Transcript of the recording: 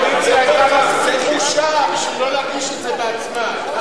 לקואליציה היתה מספיק בושה כדי לא להגיש את זה בעצמה.